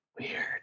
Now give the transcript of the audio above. weird